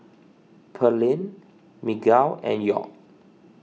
Pearlene Miguel and York